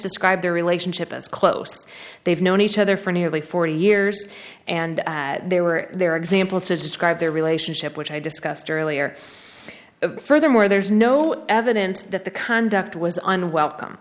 described their relationship as close they've known each other for nearly forty years and they were their example to describe their relationship which i discussed earlier furthermore there is no evidence that the conduct was unwelcome